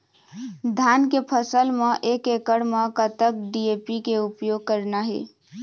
धान के फसल म एक एकड़ म कतक डी.ए.पी के उपयोग करना हे?